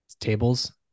tables